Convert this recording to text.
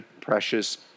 precious